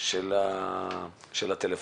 של הטלפונים.